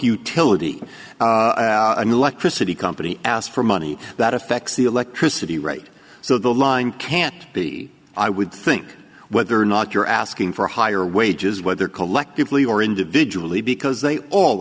utility an electricity company asked for money that affects the electricity rate so the line can't be i would think whether or not you're asking for higher wages whether collectively or individually because they all